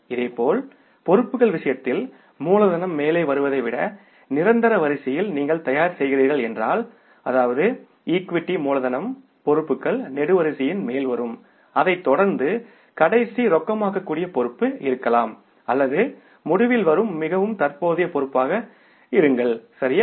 இதேபோல் பொறுப்புகள் விஷயத்தில் மூலதனம் மேலே வருவதை விட நிரந்தர வரிசையில் நீங்கள் தயார் செய்கிறீர்கள் என்றால் அதாவது ஈக்விட்டி மூலதனம் பொறுப்புகள் நெடுவரிசையின் மேல் வரும் அதைத் தொடர்ந்து கடைசி ரொக்கமாக்கக்கூடிய பொறுப்பு இருக்கலாம் அல்லது முடிவில் வரும் மிகவும் தற்போதைய பொறுப்பாக இருக்கலாம் சரியா